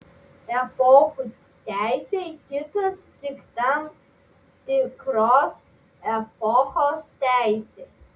epochų teisei kitos tik tam tikros epochos teisei